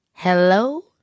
Hello